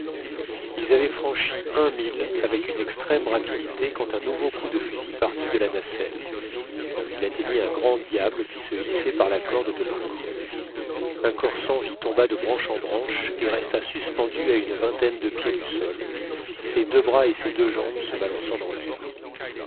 ils avaient franchi un mille avec une extrême rapidité quand un nouveau coup de fusil partit de la nacelle il atteignit un grand diable qui se hissait par la corde de l'ancre un corps sans vie tomba de branches en branches et resta suspendu à une vingtaine de pieds du sol ses deux bras et ses deux jambes se balançant dans l'air